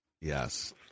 Yes